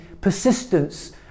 persistence